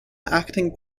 acting